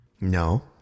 No